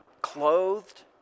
clothed